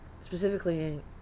specifically